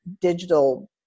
digital